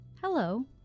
Hello